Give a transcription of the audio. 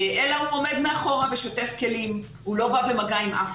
אלא הוא עומד מאחור ושוטף כלים והוא לא בא במגע עם אף